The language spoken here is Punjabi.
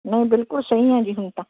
ਨਹੀਂ ਬਿਲਕੁਲ ਸਹੀ ਹਾਂ ਜੀ ਹੁਣ ਤਾਂ